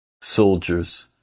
soldiers